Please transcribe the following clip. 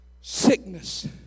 sickness